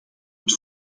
het